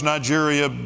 Nigeria